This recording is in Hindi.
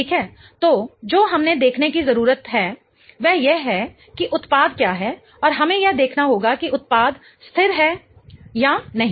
ठीक हैतो जो हमें देखने की जरूरत है वह यह है कि उत्पाद क्या है और हमें यह देखना होगा कि उत्पाद स्थिर है या नहीं